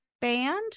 band